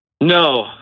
No